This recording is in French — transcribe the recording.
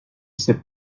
sais